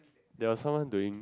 there're someone doing